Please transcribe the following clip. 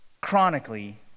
chronically